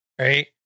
right